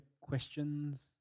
questions